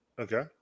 Okay